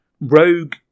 rogue